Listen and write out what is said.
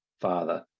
father